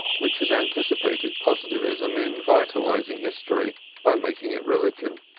which has anticipated positivism in vitalizing history by making it religion.